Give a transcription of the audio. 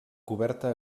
coberta